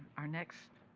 our next